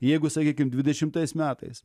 jeigu sakykim dvidešimtais metais